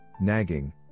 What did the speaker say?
nagging